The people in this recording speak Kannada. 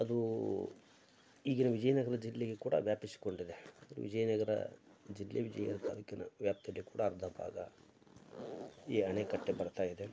ಅದು ಈಗಿನ ವಿಜಯನಗರ ಜಿಲ್ಲೆಗೆ ಕೂಡ ವ್ಯಾಪಿಸಿಕೊಂಡಿದೆ ವಿಜಯನಗರ ಜಿಲ್ಲೆ ವಿಜಯ ತಾಲೂಕಿನ ವ್ಯಾಪ್ತಿಯಲ್ಲಿ ಕೂಡ ಅರ್ಧ ಬಾಗ ಈ ಅಣೆಕಟ್ಟೆ ಬರ್ತಾ ಇದೆ